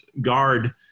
guard